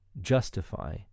justify